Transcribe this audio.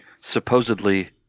supposedly –